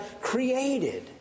created